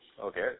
Okay